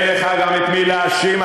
אין לך גם את מי להאשים,